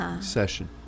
session